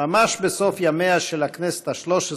בשנת 1996, ממש בסוף ימיה של הכנסת השלוש-עשרה,